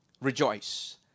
Rejoice